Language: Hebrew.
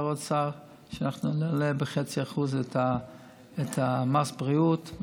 האוצר שאנחנו נעלה ב-0.5% את מס הבריאות.